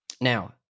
Now